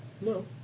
No